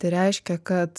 tai reiškia kad